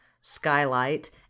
skylight